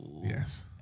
Yes